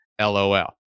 LOL